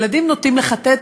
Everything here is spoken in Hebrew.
ילדים נוטים לחטט,